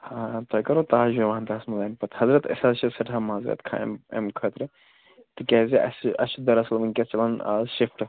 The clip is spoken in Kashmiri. ہاں ہاں تۄہہِ کٔرواہ تاج وِوانتاہس منٛز اَمہِ پتہٕ حضرت أسۍ حظ چھِ سٮ۪ٹھاہ معذرت خواہ اَمہِ اَمہِ خٲطرٕ تِکیٛازِ اسہِ اسہِ چھُ دراصٕل وُنکیٚس چَلان آز شفٹہٕ